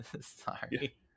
Sorry